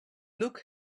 look